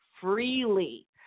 freely